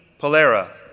pollera,